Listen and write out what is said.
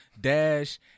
Dash